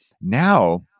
Now